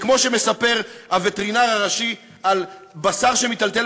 וכמו שמספר הווטרינר הראשי על בשר שמיטלטל